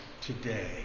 today